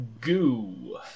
goo